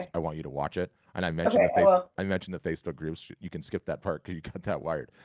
i want you to watch it, and i mentioned i mentioned the facebook groups, you can skip that part cause you got that wired.